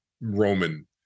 Roman